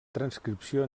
transcripció